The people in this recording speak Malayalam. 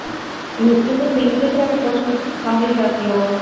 മിസ്സിൻ്റെ ടെൻത്തിൻറെ പോർഷൻസ് കംപ്ലീറ്റ് ആക്കിയോ